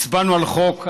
הצבענו על חוק,